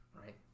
right